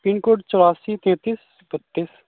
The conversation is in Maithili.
पिनकोड चौरासी तैंतीस एकतीस